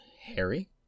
Harry